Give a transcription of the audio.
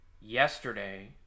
yesterday